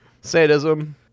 Sadism